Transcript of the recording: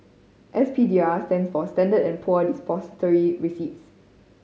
S P D R stands for Standard and Poor Depository Receipts